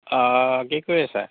কি কৰি আছা